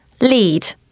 lead